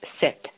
set